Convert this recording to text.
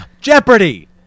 Jeopardy